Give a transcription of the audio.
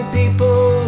people